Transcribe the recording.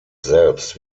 selbst